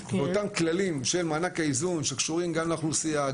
אותם כללים של מענק האיזון שקשורים גם לאוכלוסייה,